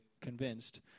convinced